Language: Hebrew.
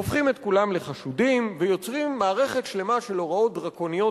הופכים את כולם לחשודים ויוצרים מערכת שלמה של הוראות דרקוניות